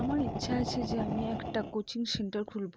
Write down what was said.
আমার ইচ্ছা আছে যে আমি একটা কোচিং সেন্টার খুলব